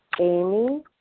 Amy